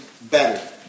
better